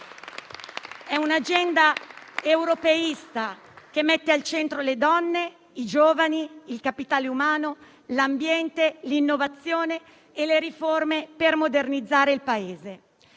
è un'agenda europeista, che mette al centro le donne, i giovani, il capitale umano, l'ambiente, l'innovazione e le riforme per modernizzare il Paese.